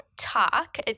talk